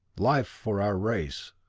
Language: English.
life for our race!